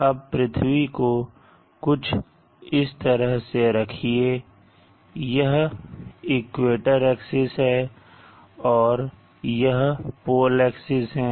अब पृथ्वी को कुछ इस तरह से रखिए यह इक्वेटर एक्सिस है और यह पोल एक्सिस है